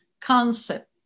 concept